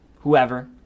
whoever